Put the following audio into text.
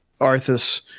Arthas